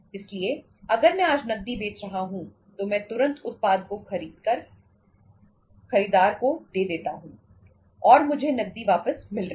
इसलिए अगर मैं आज नकदी बेच रहा हूं तो मैं तुरंत उत्पाद को खरीदार को दे देता हूं और मुझे नकदी वापस मिल रही है